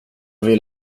vill